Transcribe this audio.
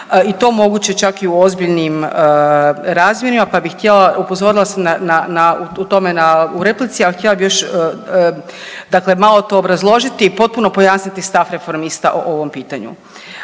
i to moguće čak i u ozbiljnim razmjerima pa bi htjela, upozorila sam u tome na replici, ali htjela bih još, dakle malo to obrazložiti i potpuno pojasniti stav Reformista o ovom pitanju.